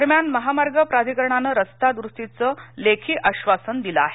दरम्यान महामार्ग प्राधिकरणानं रस्ता दुरुस्तीचं लेखी आश्वासन दिले आहे